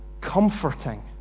comforting